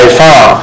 far